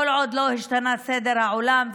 כל עוד לא השתנה סדר העולם,